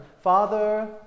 father